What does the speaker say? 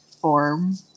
form